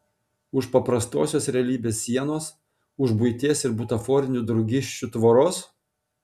už paprastosios realybės sienos už buities ir butaforinių draugysčių tvoros